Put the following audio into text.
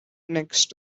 next